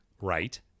right